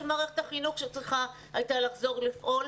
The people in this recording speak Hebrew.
מערכת החינוך שצריכה הייתה לחזור לפעול,